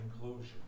conclusion